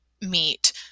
meet